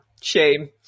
shame